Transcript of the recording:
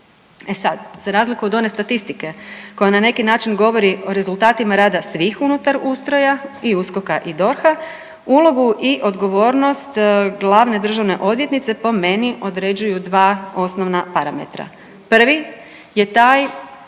E sad, za razliku od one statistike koja na neki način govori o rezultatima rada svih unutar ustroja i USKOK-a i DORH-a, ulogu i odgovornost glavne državne odvjetnice po meni određuju dva osnovna parametra. Prvi je taj